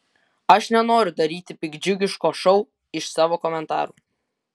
aš nenoriu daryti piktdžiugiško šou iš savo komentarų